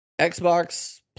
Xbox